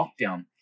lockdown